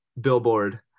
billboard